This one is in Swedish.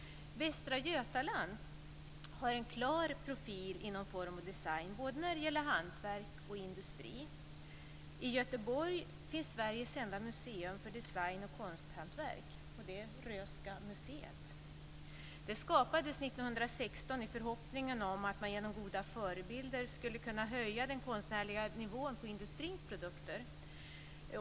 Västra Götaland har en klar profil inom form och design, både när det gäller hantverk och industri. I Göteborg finns Sveriges enda museum för design och konsthantverk. Det är Röhsska museet. Det skapades 1916 i förhoppningen att man genom goda förebilder skulle kunna höja den konstnärliga nivån på industrins produkter.